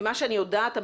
ממה שאני יודעת,